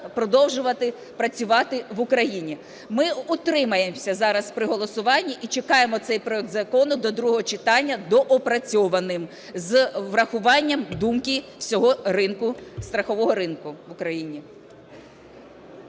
продовжувати працювати в Україні. Ми утримаємося зараз при голосуванні і чекаємо цей проект закону до другого читання доопрацьованим з врахуванням думки всього страхового ринку в Україні.